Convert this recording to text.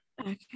Okay